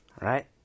right